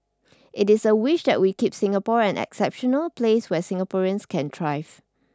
it is a wish that we keep Singapore an exceptional place where Singaporeans can thrive